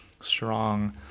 strong